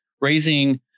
raising